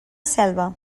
selva